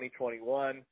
2021